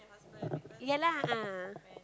ya lah ah